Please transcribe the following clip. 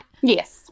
Yes